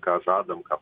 ką žadam ką